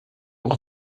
auch